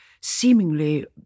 seemingly